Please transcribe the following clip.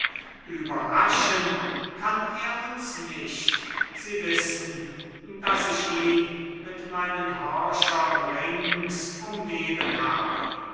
überraschen kann er uns nicht sie wissen daß ich ihn mit meinen horchern rings umgeben habe